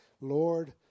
Lord